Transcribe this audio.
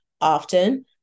Often